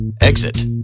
Exit